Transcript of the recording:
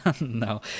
No